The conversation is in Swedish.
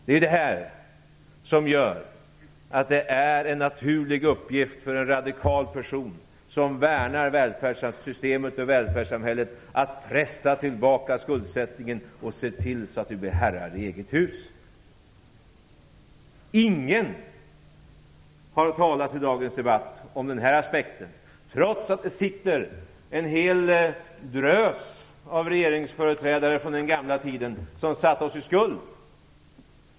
Det är detta som gör att det är en naturlig uppgift för en radikal person som värnar välfärdssystemet och välfärdssamhället att pressa tillbaka skuldsättningen och se till att vi blir herrar i eget hus. Ingen har i dagens debatt talat om denna aspekt, trots att det sitter en hel drös av regeringsföreträdare från den gamla tiden som satte oss i skuld.